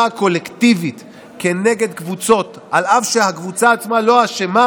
הקולקטיבית כנגד קבוצות אף שהקבוצה עצמה לא אשמה,